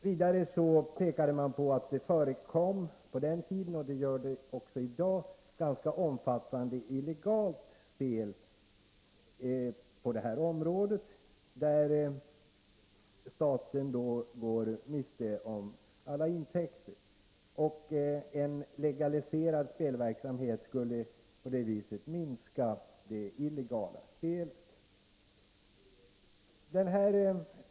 Vidare pekade man på att det förekom på den tiden — och så är det också i dag — ganska omfattande illegalt spel på det här området, där staten då går miste om alla intäkter, och att en legaliserad spelverksamhet skulle minska det illegala spelet.